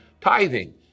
tithing